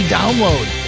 download